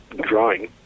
drawing